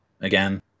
Again